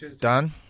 Done